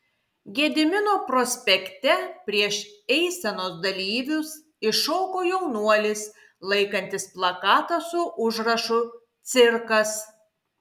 gedimino prospekte prieš eisenos dalyvius iššoko jaunuolis laikantis plakatą su užrašu cirkas